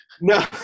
No